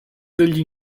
degli